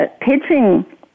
pitching